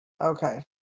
okay